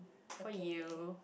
okay